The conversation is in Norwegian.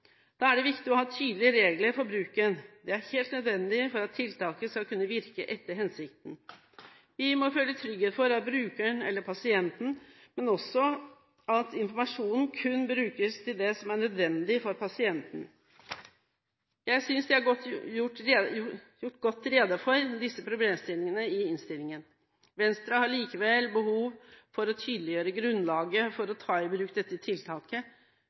Da er det viktig å ha tydelige regler for bruken. Det er helt nødvendig for at tiltaket skal kunne virke etter hensikten. Vi må føle trygghet for brukeren eller pasienten, men også for at informasjonen kun brukes til det som er nødvendig for pasienten. Jeg synes det er gjort godt rede for disse problemstillingene i innstillingen. Venstre har likevel behov for å tydeliggjøre grunnlaget for å ta i bruk dette tiltaket,